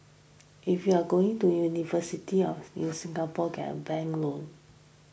if you're going to university of in Singapore get a bank loan